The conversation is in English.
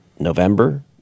November